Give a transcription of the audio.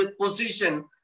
position